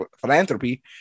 philanthropy